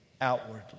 outwardly